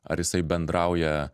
ar jisai bendrauja